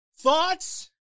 Thoughts